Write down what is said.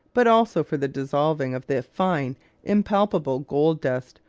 but also for the dissolving of the fine impalpable gold dust,